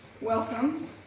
Welcome